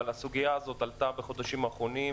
אבל הסוגיה הזאת עלתה בחודשים האחרונים